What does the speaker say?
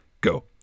go